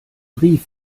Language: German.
brief